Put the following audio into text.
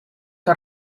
que